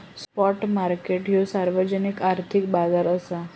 spot market ह्यो सार्वजनिक आर्थिक बाजार असा